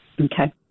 Okay